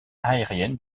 aériennes